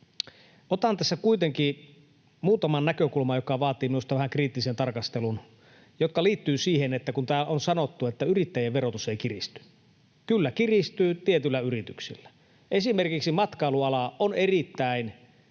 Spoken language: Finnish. Otan tässä kuitenkin muutaman näkökulman, jotka vaativat minusta vähän kriittistä tarkastelua ja jotka liittyvät siihen, että kun on sanottu, että yrittäjien verotus ei kiristy, niin kyllä kiristyy tietyillä yrityksillä. Esimerkiksi matkailuala on erittäin